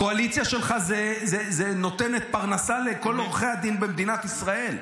הקואליציה שלך נותנת פרנסה לכל עורכי הדין במדינת ישראל.